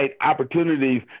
opportunities